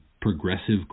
progressive